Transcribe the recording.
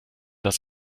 dass